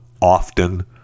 often